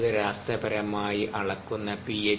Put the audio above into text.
വൈദ്യുതരാസപരമായി അളക്കുന്ന പി